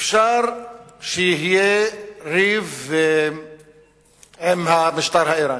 אפשר שיהיה ריב עם המשטר האירני,